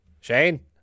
Shane